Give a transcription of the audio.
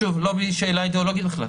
שוב, לא בשאלה אידיאולוגית בכלל.